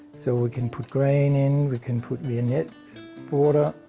so we can put grain in, we can put the net boarder.